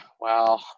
wow